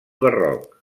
barroc